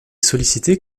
sollicité